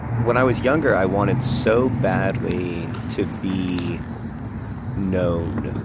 when i was younger, i wanted so badly to be known.